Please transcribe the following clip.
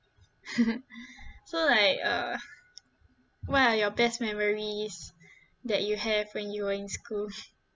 so like uh what are your best memories that you have when you were in school